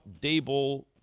Dable